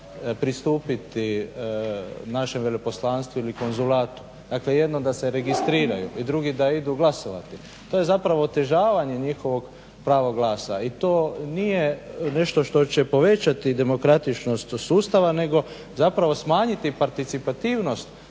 puta pristupiti našem veleposlanstvu ili konzulatu, dakle jedno da se registriraju i drugi da idu glasovati. To je zapravo otežavanje njihovog prava glasa i to nije nešto što će povećati demokratičnost sustava nego zapravo smanjiti participativnost